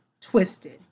twisted